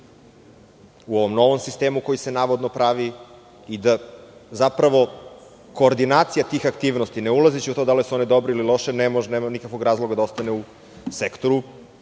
u ovom novom sistemu koji se navodno pravi i da zapravo koordinacija tih aktivnosti, ne ulazeći u to da li su one dobre ili loše, nemaju nikakvog razloga da ostane u sektoru